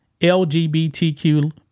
LGBTQ